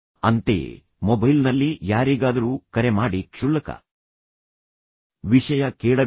ಅಂತೆಯೇ ಮೊಬೈಲ್ನಲ್ಲಿ ಯಾರಿಗಾದರೂ ಕರೆ ಮಾಡಿ ಕ್ಷುಲ್ಲಕ ವಿಷಯ ಕೇಳಬೇಡಿ